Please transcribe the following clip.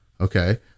okay